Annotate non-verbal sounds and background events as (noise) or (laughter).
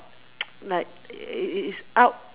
(noise) like it's out